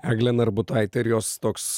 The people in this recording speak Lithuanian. eglė narbutaitė ir jos toks